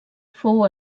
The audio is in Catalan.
fou